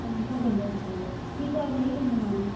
times of India खपेव ठीकु आहे ॾेई वेंदोमांव